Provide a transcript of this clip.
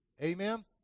Amen